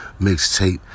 Mixtape